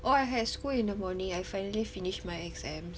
oh I had school in the morning I finally finished my exams